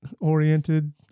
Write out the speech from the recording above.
oriented